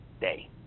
day